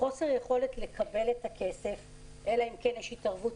חוסר יכולת לקבל את הכסף אלא אם כן יש התערבות